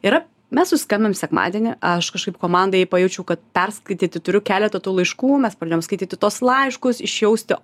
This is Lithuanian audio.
ir mes susiskambinom sekmadienį aš kažkaip komandai pajaučiau kad perskaityti turiu keletą tų laiškų mes padėjom skaityti tuos laiškus išjausti